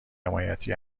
حمایتی